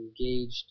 engaged